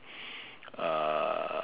uh